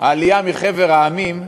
העלייה מחבר העמים.